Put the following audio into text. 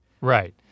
Right